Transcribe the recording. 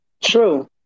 True